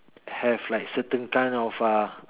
have like certain kind of uh